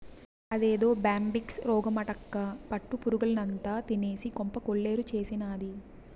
అదేదో బ్యాంబిక్స్ రోగమటక్కా పట్టు పురుగుల్నంతా తినేసి కొంప కొల్లేరు చేసినాది